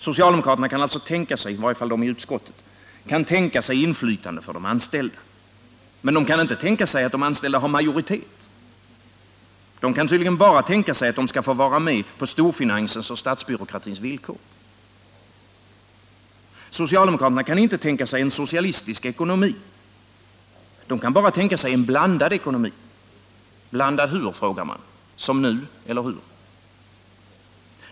Socialdemokraterna — i varje fall de i utskottet — kan alltså tänka sig inflytande för de anställda. Men de kan inte tänka sig att de anställda har majoritet. De kan tydligen bara tänka sig att de skall få vara med på storfinansens och Socialdemokraterna kan inte tänka sig en socialistisk ekonomi. De kan bara tänka sig en blandad ekonomi. Blandad hur, frågar jag. Som nu, eller hur?